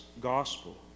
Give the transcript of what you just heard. gospel